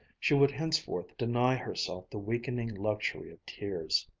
she would henceforth deny herself the weakening luxury of tears.